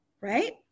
right